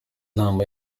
nama